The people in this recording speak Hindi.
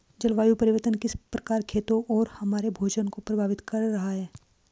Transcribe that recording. जलवायु परिवर्तन किस प्रकार खेतों और हमारे भोजन को प्रभावित कर रहा है?